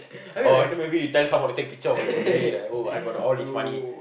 oh then maybe you tell someone to take picture of really like oh I got all his money